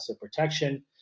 protection